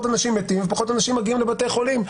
אנשים מתים ופחות אנשים מגיעים לבתי חולים.